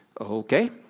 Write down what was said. Okay